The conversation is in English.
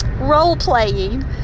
role-playing